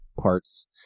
parts